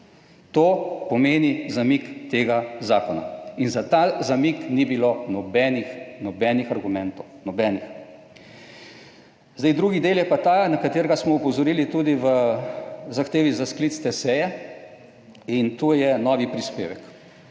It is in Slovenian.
To pomeni zamik tega zakona. In za ta zamik ni bilo nobenih, nobenih argumentov, nobenih. Zdaj drugi del je pa ta, na katerega smo opozorili tudi v zahtevi za sklic te seje, in to je novi prispevek.